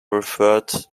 referred